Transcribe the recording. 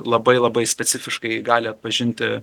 labai labai specifiškai gali atpažinti